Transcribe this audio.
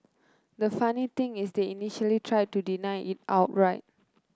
the funny thing is they initially tried to deny it outright